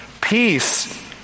Peace